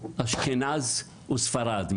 אשכנז וספרד,